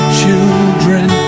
children